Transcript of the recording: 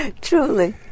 truly